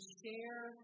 share